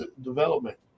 development